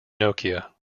nokia